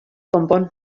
konpon